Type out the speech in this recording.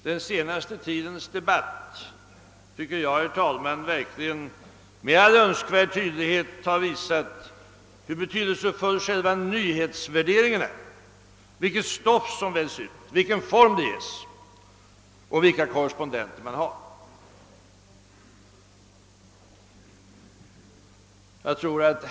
Den senaste tidens debatt har, herr talman, med all önskvärd tydlighet visat hur betydelsefullt själva nyhetsvärderingen är, vilket stoff som väljs ut, vilken form detta ges och vilka korrespondenter man har.